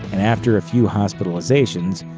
and after a few hospitalizations,